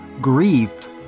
grief